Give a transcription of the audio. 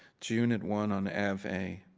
june at one on ave a